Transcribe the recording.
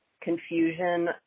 confusion